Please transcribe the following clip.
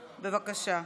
בבקשה.